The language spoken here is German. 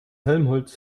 helmholtz